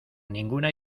ninguna